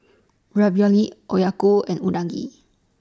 Ravioli Okayu and Unagi